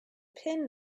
pin